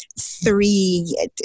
three